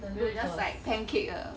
it's just like pancake ah